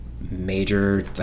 major